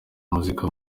muzika